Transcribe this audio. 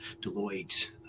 deloitte